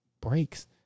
breaks